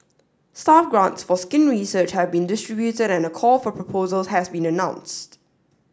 staff grants for skin research have been distributed and a call for proposals has been announced